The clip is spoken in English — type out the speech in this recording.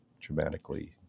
dramatically